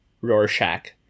rorschach